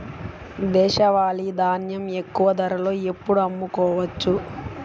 దేశవాలి ధాన్యం ఎక్కువ ధరలో ఎప్పుడు అమ్ముకోవచ్చు?